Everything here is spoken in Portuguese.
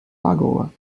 lagoa